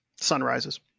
Sunrises